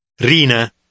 Rina